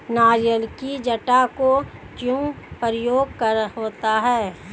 नारियल की जटा का क्या प्रयोग होता है?